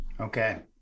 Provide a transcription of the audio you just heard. Okay